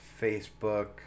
Facebook